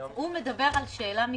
הוא מדבר על שאלה מקדמית.